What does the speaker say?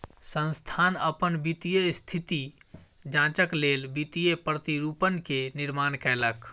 संस्थान अपन वित्तीय स्थिति जांचक लेल वित्तीय प्रतिरूपण के निर्माण कयलक